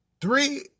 Three